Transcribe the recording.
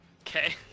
Okay